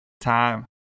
time